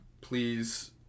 Please